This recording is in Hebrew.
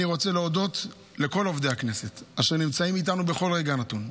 אני רוצה להודות לכל עובדי הכנסת אשר נמצאים איתנו בכל רגע נתון,